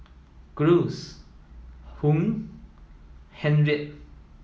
Cruz Hung Henriette